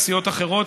אחת.